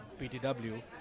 PTW